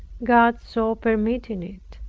god so permitting it.